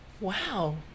Wow